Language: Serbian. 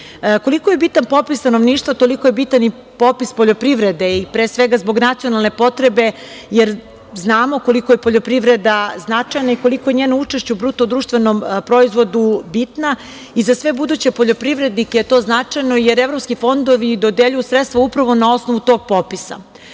je bitan popis stanovništva, toliko je bitan i popis poljoprivrede i pre svega zbog nacionalne potrebe jer znamo koliko je poljoprivreda značajna i koliko je njeno učešće u BDP bitno i za sve buduće poljoprivrednike je to značajno jer evropski fondovi dodeljuju sredstva upravo na osnovu tog popisa. Imamo